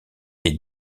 est